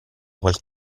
quel